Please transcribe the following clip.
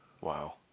Wow